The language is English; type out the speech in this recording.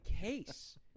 case